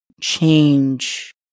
change